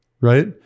right